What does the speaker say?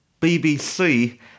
BBC